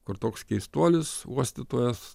kur toks keistuolis uostytojas